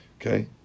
okay